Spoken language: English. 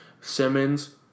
Simmons